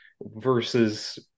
versus